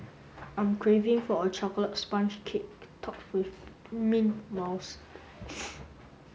I'm craving for a chocolate sponge cake topped with mint mouse